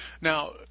Now